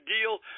deal